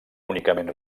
únicament